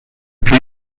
puis